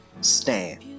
Stand